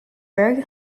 very